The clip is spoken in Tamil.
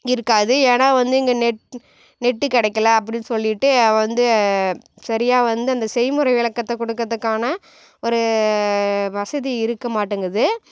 இருக்காது ஏன்னால் வந்து இங்கே நெட் நெட்டு கிடைக்கல அப்படின்னு சொல்லிட்டு வந்து சரியாக வந்து அந்த செய்முறை விளக்கத்தை கொடுக்குறத்துக்கான ஒரு வசதி இருக்கமாட்டேங்குது